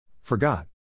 Forgot